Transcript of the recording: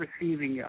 receiving